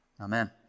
Amen